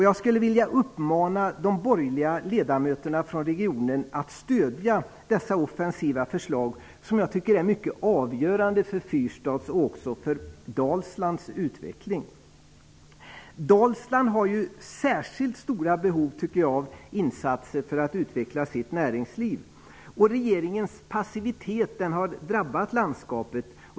Jag skulle vilja uppmana de borgerliga ledamöterna från regionen att stödja dessa offensiva förslag. Jag tycker att de är mycket avgörande för Fyrstads och Dalsland har ju särskilt stora behov av insatser som utvecklar deras näringsliv. Regeringens passivitet har drabbat landskapet.